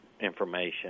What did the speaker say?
information